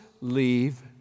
leave